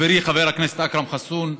חברי חבר הכנסת אכרם חסון,